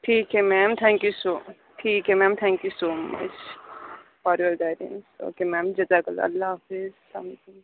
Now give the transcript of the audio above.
ٹھیک ہے ma'am thank you so ٹھیک ہے ma'am thank you so much اور دیٹ ان اوکے میم جزاک اللہ اللہ حافظ السّلام علیکم